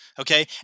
okay